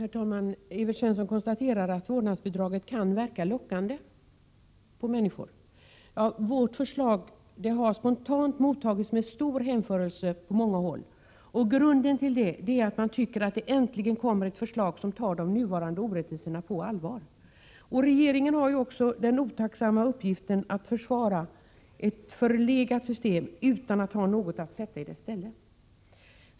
Herr talman! Evert Svensson konstaterade att vårdnadsbidraget kan verka lockande på människor. Ja, vårt förslag har spontant mottagits med stor hänförelse på många håll, och grunden till det är att man tycker att det äntligen kommer ett förslag som tar de nuvarande orättvisorna på allvar. Regeringen har ju också den otacksamma uppgiften att försvara ett förlegat system utan att ha något att sätta i dess ställe.